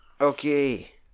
Okay